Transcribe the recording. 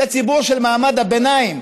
זה ציבור של מעמד הביניים,